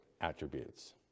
attributes